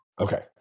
Okay